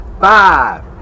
Five